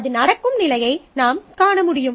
அது நடக்கும் நிலையை நாம் காண முடியும்